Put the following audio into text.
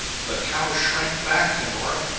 the cow shrank back, cunora!